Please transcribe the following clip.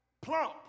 plump